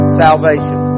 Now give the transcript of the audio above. salvation